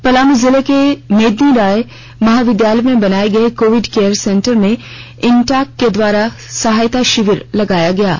पलामू जिले के मेदिनीराय महाविद्यालय में बनाए गए कोविड केयर सेंटर में इंटक के द्वारा सहायता शिविर लगाया गया है